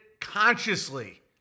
consciously